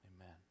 Amen